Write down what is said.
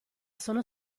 sono